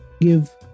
give